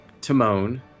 Timon